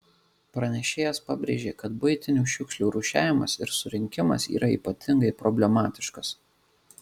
pranešėjas pabrėžė kad buitinių šiukšlių rūšiavimas ir surinkimas yra ypatingai problematiškas